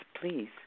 please